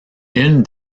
une